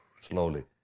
slowly